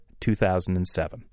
2007